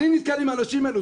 אני נתקל באנשים האלה.